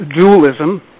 dualism